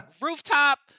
rooftop